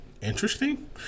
interesting